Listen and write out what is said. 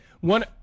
One